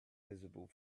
visible